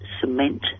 cement